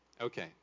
Okay